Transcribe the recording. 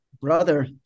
Brother